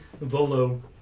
Volo